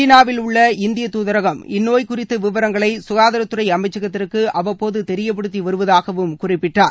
சீனாவில் உள்ள இந்தியத் துதரகம் இந்நோய் குறித்த விவரங்களை சுகாதாரத் துறை அமைச்சகத்திற்கு அவ்வபோது தெரியப்படுத்தி வருவதாக குறிப்பிட்டார்